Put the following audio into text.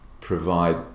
provide